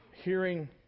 hearing